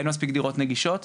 אין מספיק דירות נגישות.